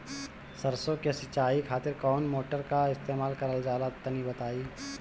सरसो के सिंचाई खातिर कौन मोटर का इस्तेमाल करल जाला तनि बताई?